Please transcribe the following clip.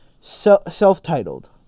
self-titled